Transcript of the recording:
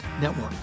Network